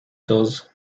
does